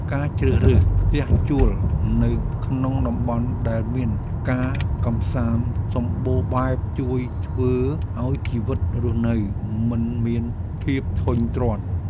ការជ្រើសរើសផ្ទះជួលនៅក្នុងតំបន់ដែលមានការកម្សាន្តសម្បូរបែបជួយធ្វើឱ្យជីវិតរស់នៅមិនមានភាពធុញទ្រាន់។